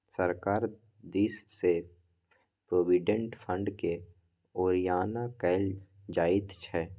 सरकार दिससँ प्रोविडेंट फंडकेँ ओरियान कएल जाइत छै